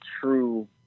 true